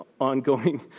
ongoing